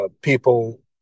people